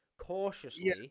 cautiously